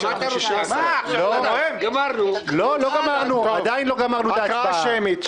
--- נעבור להצבעה שמית.